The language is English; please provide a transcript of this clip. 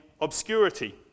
obscurity